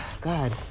God